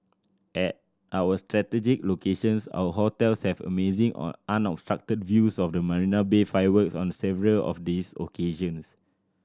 at our strategic locations our hotels have amazing unobstructed views of the Marina Bay fireworks on the several of these occasions